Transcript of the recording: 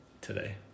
today